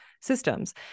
systems